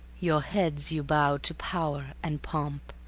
your heads you bow to power and pomp,